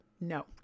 No